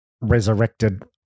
resurrected